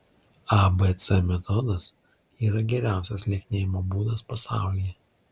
abc metodas yra geriausias lieknėjimo būdas pasaulyje